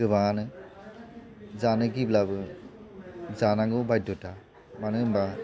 गोबांआनो जानो गिब्लाबो जानांगौ बायध'ता मानो होनबा